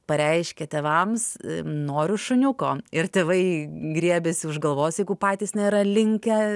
pareiškia tėvams noriu šuniuko ir tėvai griebiasi už galvos jeigu patys nėra linkę